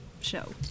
show